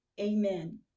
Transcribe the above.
Amen